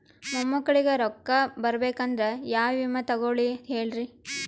ಮೊಮ್ಮಕ್ಕಳಿಗ ರೊಕ್ಕ ಬರಬೇಕಂದ್ರ ಯಾ ವಿಮಾ ತೊಗೊಳಿ ಹೇಳ್ರಿ?